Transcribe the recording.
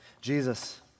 Jesus